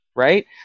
right